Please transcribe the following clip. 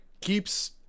Keeps